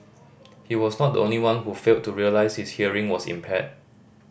he was not the only one who failed to realise his hearing was impaired